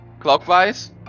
clockwise